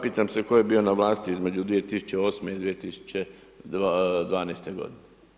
Pitam se tko je bio na vlasti između 2008. i 2012. godine.